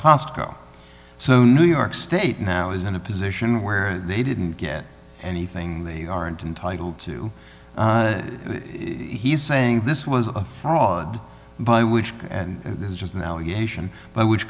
cost go so new york state now is in a position where they didn't get anything they aren't entitle to he's saying this was a fraud by which and this is just an allegation by which